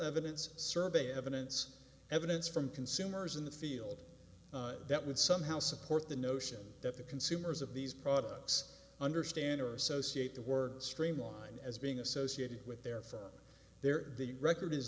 evidence survey evidence evidence from consumers in the field that would somehow support the notion that the consumers of these products understand or associate the word streamlined as being associated with therefore their the record is